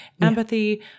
empathy